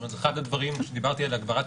אחד הדברים שדיברתי עליהם לגבי הגברת